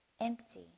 empty